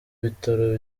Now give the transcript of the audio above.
bitaro